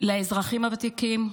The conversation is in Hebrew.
לאזרחים הוותיקים.